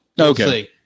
Okay